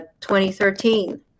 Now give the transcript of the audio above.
2013